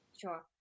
Sure